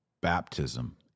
baptism